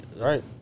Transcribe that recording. Right